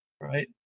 right